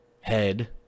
Head